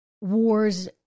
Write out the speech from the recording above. wars